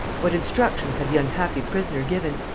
what instructions had the unhappy prisoner given?